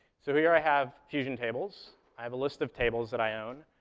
so here i have fusion tables. i have a list of tables that i own,